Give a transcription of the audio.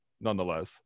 nonetheless